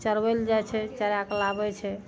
चरबैलए जाइ छै चरा कए लाबै छै